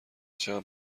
چقد